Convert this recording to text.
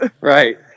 Right